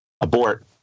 abort